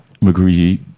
McGreevy